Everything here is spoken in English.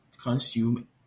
consume